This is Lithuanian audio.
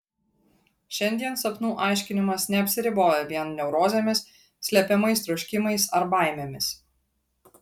šiandien sapnų aiškinimas neapsiriboja vien neurozėmis slepiamais troškimais ar baimėmis